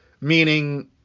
Meaning